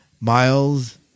Miles